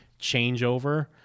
changeover